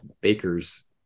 bakers